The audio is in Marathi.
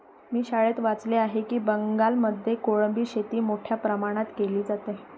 मी शाळेत वाचले आहे की बंगालमध्ये कोळंबी शेती मोठ्या प्रमाणावर केली जाते